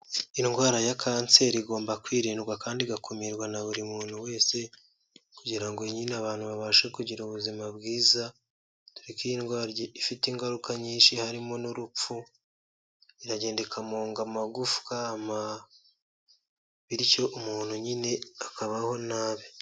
Indwara ya kanseri igomba kwirindwa kandi igakumirwa na buri muntu wese kugira ngo nyine abantu babashe kugira ubuzima bwiza dore ko iy, indwara ifite ingaruka nyinshi harimo n'urupfu iragenda ikamunga amagufwa bityo umuntu nyine akabaho nabi.